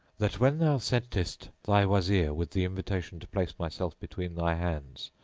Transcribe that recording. that when thou sentest thy wazir with the invitation to place myself between thy hands,